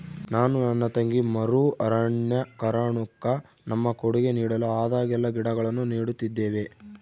ನಾನು ನನ್ನ ತಂಗಿ ಮರು ಅರಣ್ಯೀಕರಣುಕ್ಕ ನಮ್ಮ ಕೊಡುಗೆ ನೀಡಲು ಆದಾಗೆಲ್ಲ ಗಿಡಗಳನ್ನು ನೀಡುತ್ತಿದ್ದೇವೆ